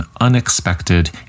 unexpected